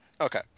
okay